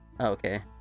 Okay